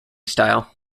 style